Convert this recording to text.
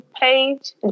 page